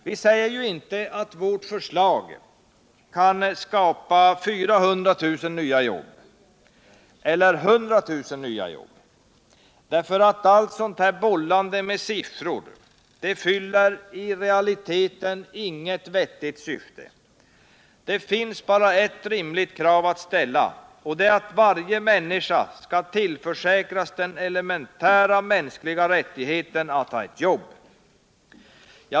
Vi säger inte att våra förslag till åtgärder skapar 400 000 nya jobb eller 100 000 nya jobb, eftersom allt sådant bollande med siffror inte fyller något vettigt syfte i realiteten. Det finns bara ett rimligt krav att ställa, och det är att varje människa skall tillförsäkras den elementära mänskliga rättigheten att ha ett jobb.